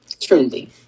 Truly